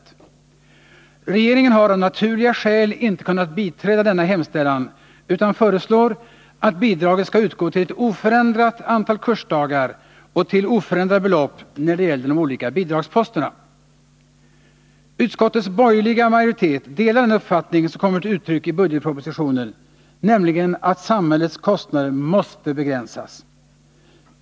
Regeringen har av naturliga skäl inte kunnat biträda denna hemställan, utan man föreslår att bidraget skall utgå till ett oförändrat antal kursdagar och till oförändrade belopp när det gäller de olika bidragsposterna. Utskottets borgerliga majoritet delar den uppfattning som kommer till uttryck i budgetpropositionen, nämligen att samhällets kostnader måste begränsas.